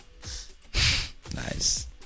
Nice